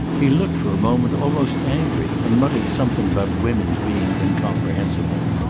he looked for a moment almost angry, and muttered something about women's being incomprehensible.